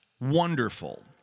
wonderful